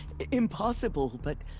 impossible, but.